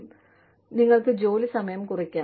കൂടാതെ നിങ്ങൾക്ക് ജോലി സമയം കുറയ്ക്കാം